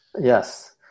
Yes